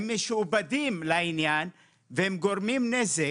הם משועבדים לעניין והם גורמים נזק.